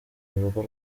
urugo